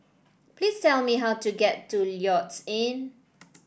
please tell me how to get to Lloyds Inn